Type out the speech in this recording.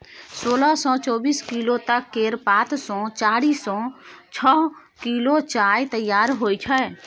सोलह सँ चौबीस किलो तक केर पात सँ चारि सँ छअ किलो चाय तैयार होइ छै